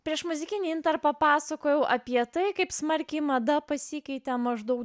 prieš muzikiniai intarpai papasakojau apie tai kaip smarkiai mada pasikeitė maždaug